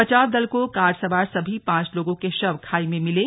बचाव दल को कार सवार सभी पांच लोगों के शव खाई में मिले